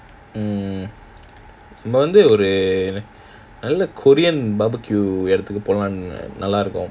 mm நம்ம வந்து நல்ல:namma wanthu nalla korean barbecue எடத்துக்கு போன நல்ல இருக்கும்:edathukku pona nalla irukkum